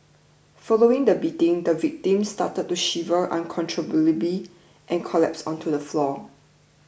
following the beating the victim started to shiver uncontrollably and collapsed onto the floor